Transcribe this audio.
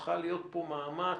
צריך להיות פה מאמץ,